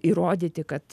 įrodyti kad